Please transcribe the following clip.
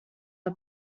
are